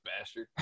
bastard